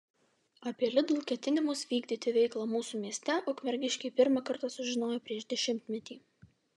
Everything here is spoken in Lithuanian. apie lidl ketinimus vykdyti veiklą mūsų mieste ukmergiškiai pirmą kartą sužinojo prieš dešimtmetį